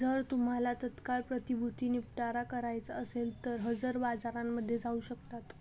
जर तुम्हाला तात्काळ प्रतिभूती निपटारा करायचा असेल तर हजर बाजारामध्ये जाऊ शकता